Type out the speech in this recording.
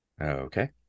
Okay